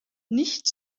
nicht